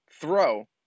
throw